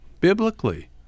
biblically